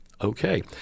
Okay